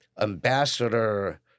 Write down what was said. Ambassador